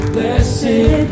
Blessed